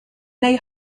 they